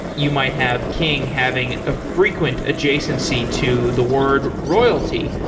you might have king having a frequent adjacency to the word royalty,